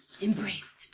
embrace